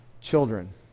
children